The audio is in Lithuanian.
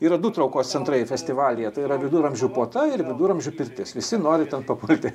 yra du traukos centrai festivalyje tai yra viduramžių puota ir viduramžių pirtis visi nori ten papulti